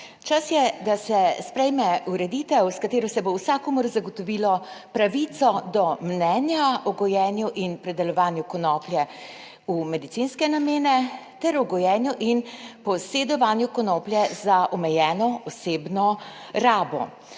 Čas je, da se sprejme ureditev, s katero se bo vsakomur zagotovilo pravico do mnenja o gojenju in predelovanju konoplje v medicinske namene ter o gojenju in posedovanju konoplje za omejeno osebno rabo.